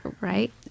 right